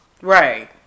right